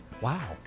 wow